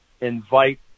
invite